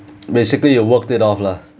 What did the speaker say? basically you worked it off lah